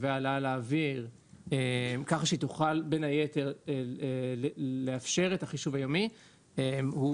והעלאה לאוויר כך שהיא תוכל בין היתר לאפשר את החישוב היומי הוא